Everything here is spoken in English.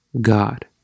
God